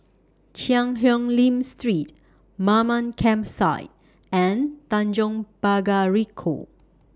Cheang Hong Lim Street Mamam Campsite and Tanjong Pagar Ricoh